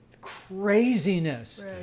craziness